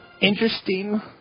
interesting